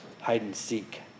hide-and-seek